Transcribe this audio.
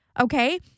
Okay